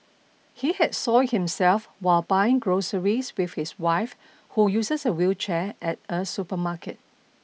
he had soiled himself while buying groceries with his wife who uses a wheelchair at a supermarket